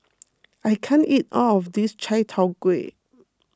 I can't eat all of this Chai Tow Kuay